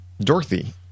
Dorothy